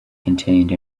contained